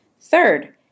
Third